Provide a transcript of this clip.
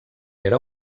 era